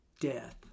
death